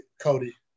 Cody